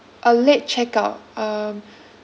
a late check out um